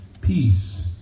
peace